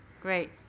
great